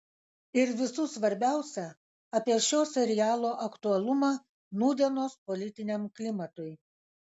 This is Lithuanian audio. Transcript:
ir visų svarbiausia apie šio serialo aktualumą nūdienos politiniam klimatui